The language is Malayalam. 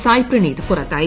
സായ്പ്രണീത് പുറത്തായി